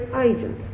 agent